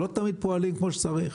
הם לא תמיד פועלים כמו שצריך.